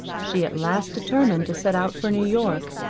she at last determined to set out for new-york,